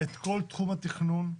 את כל תחום התכנון.